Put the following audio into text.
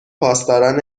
پاسداران